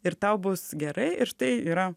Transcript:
ir tau bus gerai ir štai yra